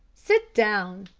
sit down,